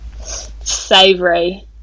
Savory